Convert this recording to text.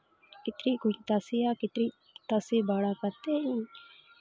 ᱠᱤᱪᱨᱤᱡ ᱠᱚᱧ ᱛᱟᱥᱮᱭᱟ ᱠᱤᱪᱨᱤᱡ ᱛᱟᱥᱮ ᱵᱟᱲᱟ ᱠᱟᱛᱮᱫ